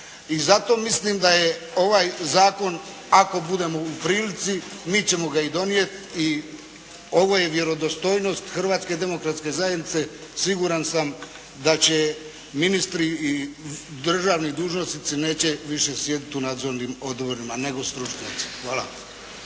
I zato mislim da je ovaj zakon ako budemo u prilici mi ćemo ga i donijeti i ovo je vjerodostojnost Hrvatske demokratske zajednice. Siguran sam da će ministri i državni dužnosnici neće više sjediti u nadzornim odborima nego stručnjaci. Hvala.